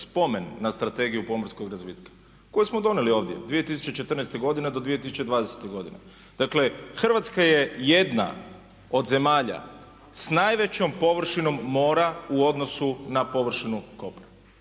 na Strategiju pomorskog razvitka koju smo donijeli ovdje 2014.godine do 2020.godiene. Dakle, Hrvatska je jedna od zemalja s najvećom površinom mora u odnosu na površinu kopna.